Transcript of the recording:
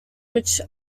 which